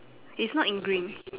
it's not in green